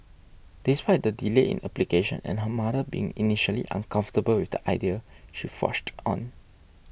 despite the delay in application and her mother being initially uncomfortable with the idea she forged on